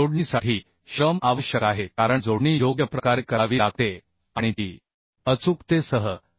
जोडणीसाठी श्रम आवश्यक आहे कारण जोडणी योग्य प्रकारे करावी लागते आणि ती जोडणी ही वेल्ड जोडणी किंवा बोल्ट जोडणी असू शकते किंवा रिवेट जोडणी अचूक असू शकते